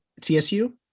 TSU